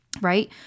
right